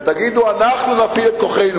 ותגידו: אנחנו נפעיל את כוחנו.